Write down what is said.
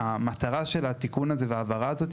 המטרה של התיקון הזה ושל ההבהרה הזאת